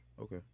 Okay